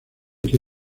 que